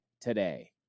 today